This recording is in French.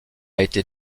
été